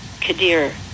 Kadir